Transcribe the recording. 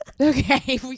okay